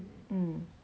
um